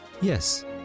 yes